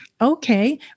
okay